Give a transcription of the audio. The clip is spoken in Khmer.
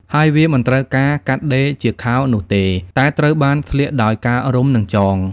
ហើយ វាមិនត្រូវបានកាត់ដេរជាខោនោះទេ តែត្រូវបានស្លៀកដោយការរុំ និងចង។